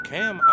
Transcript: Cam